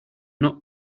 not